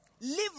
Live